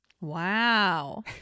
Wow